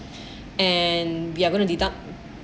and we are going to deduct